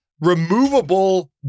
removable